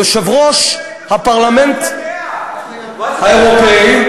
יושב-ראש הפרלמנט האירופי,